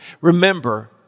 remember